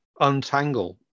untangle